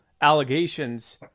allegations